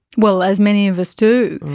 well, as many of us do.